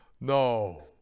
No